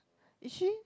is she